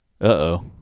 Uh-oh